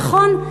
נכון,